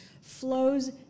flows